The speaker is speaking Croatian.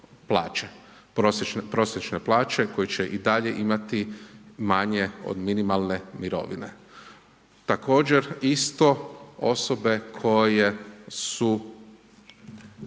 i 75% prosječne plaće koje će i dalje imati manje od minimalne mirovine. Također, isto osobe koje su